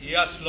Yes